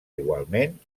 igualment